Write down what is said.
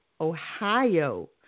Ohio